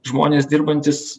žmonės dirbantys